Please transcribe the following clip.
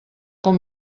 cop